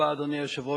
אדוני היושב-ראש,